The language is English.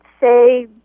say